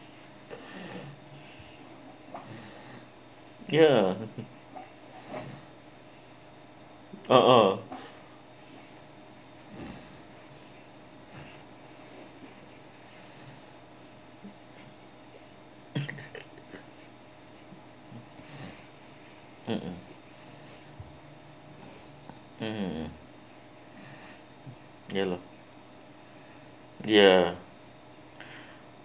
ya uh !huh! mmhmm mmhmm ya lor ya